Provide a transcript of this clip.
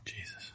Jesus